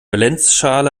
valenzschale